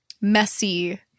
messy